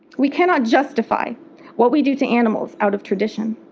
we cannot justify what we do to animals out of tradition.